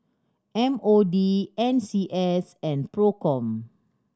M O D N C S and Procom